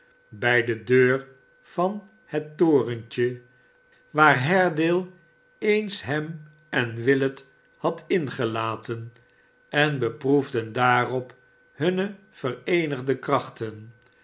bij de deur van het torentje waar haredale eens hem en willet had ingelaten en beproefden daarop hunne vereenigde krachten